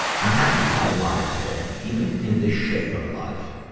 i'm happy to be alive today, even in this shit of life.